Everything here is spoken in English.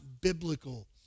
biblical